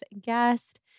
guest